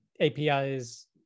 APIs